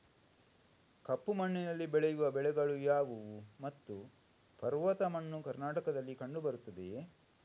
ಕಪ್ಪು ಮಣ್ಣಿನಲ್ಲಿ ಬೆಳೆಯುವ ಬೆಳೆಗಳು ಯಾವುದು ಮತ್ತು ಪರ್ವತ ಮಣ್ಣು ಕರ್ನಾಟಕದಲ್ಲಿ ಕಂಡುಬರುತ್ತದೆಯೇ?